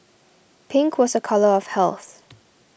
pink was a colour of health